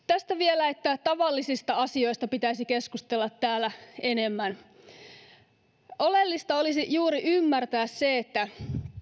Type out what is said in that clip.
tästä että tavallisista asioista pitäisi keskustella täällä enemmän oleellista olisi juuri ymmärtää se että